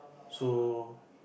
so